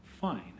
fine